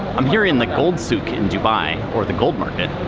i'm here in the gold souq in dubai, or the gold market.